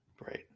Right